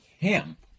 camp